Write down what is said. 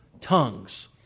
tongues